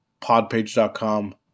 podpage.com